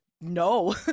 no